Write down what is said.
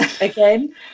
Again